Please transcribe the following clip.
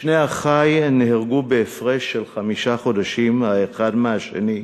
שני אחי נהרגו בהפרש של חמישה חודשים האחד מהשני,